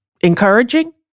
encouraging